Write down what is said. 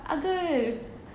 ah girl